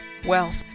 Wealth